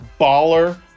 baller